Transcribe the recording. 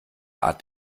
art